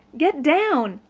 get down.